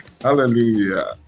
Hallelujah